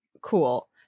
cool